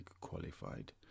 qualified